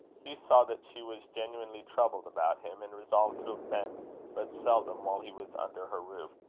hugh saw that she was genuinely troubled about him, and resolved to offend but seldom, while he was under her roof.